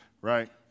right